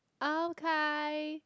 okay